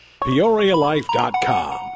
PeoriaLife.com